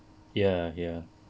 ya ya